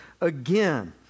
again